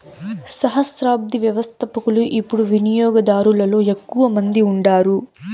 సహస్రాబ్ది వ్యవస్థపకులు యిపుడు వినియోగదారులలో ఎక్కువ మంది ఉండారు